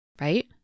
right